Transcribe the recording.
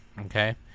okay